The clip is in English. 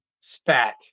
spat